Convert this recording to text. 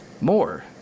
More